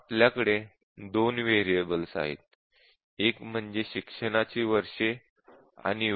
आपल्याकडे दोन व्हेरिएबल्स आहेत एक म्हणजे शिक्षणाची वर्षे आणि वय